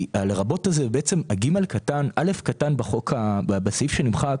ה"לרבות", ה-(א) קטן בסעיף שנמחק